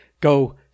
Go